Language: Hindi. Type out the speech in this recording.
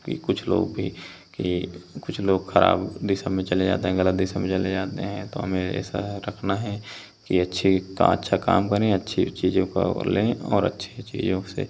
कि कुछ लोग भी कि कुछ लोग ख़राब दिशा में चले जाते हैं ग़लत दिशा में चले जाते हैं तो हमें ऐसा रखना है कि अच्छे का अच्छा काम करें अच्छी चीज़ों पर बोलें और अच्छी चीज़ों से